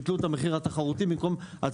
ביטלו את המחיר התחרותי והצרכן,